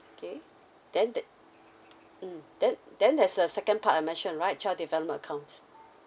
okay then that mm then then there's a second part I mention right child development account